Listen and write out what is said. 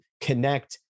connect